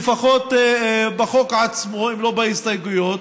לפחות בחוק עצמו אם לא בהסתייגויות,